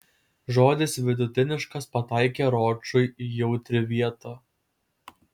žodis vidutiniškas pataikė ročui į jautri vietą